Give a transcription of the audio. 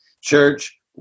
church